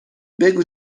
بگو